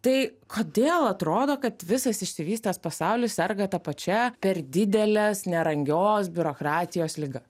tai kodėl atrodo kad visas išsivystęs pasaulis serga ta pačia per didelės nerangios biurokratijos liga